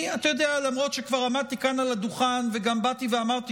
למרות שכבר עמדתי כאן על הדוכן וגם אמרתי